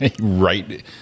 right